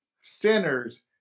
sinners